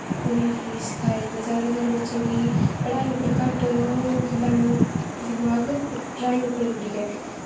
उ'नें गी सखाया जंदा ऐ जैदातर बच्चें गी पढाई पर बच्चें गी घट्ट ओह् लाना दमाक ड्राइंग पर जरूरी ऐ